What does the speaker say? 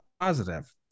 positive